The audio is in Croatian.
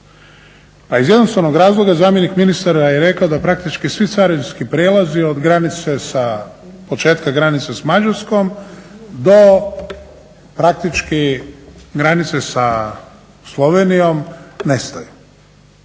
Pa iz jednostavnog razloga zamjenik ministara je rekao da praktički svi carinski prijelazi od granice sa, početka granice sa Mađarskom do praktički granice za Slovenijom nestaju.